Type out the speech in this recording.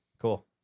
cool